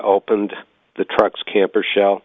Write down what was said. opened the trucks camper sh